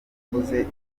wakoze